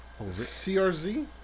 CRZ